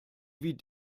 wie